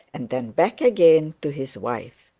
and then back again to his wife.